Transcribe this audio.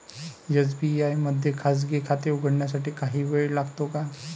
SBI मध्ये खाजगी खाते उघडण्यासाठी काही वेळ लागतो का?